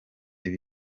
ibi